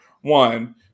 one